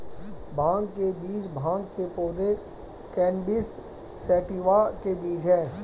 भांग के बीज भांग के पौधे, कैनबिस सैटिवा के बीज हैं